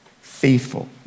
faithful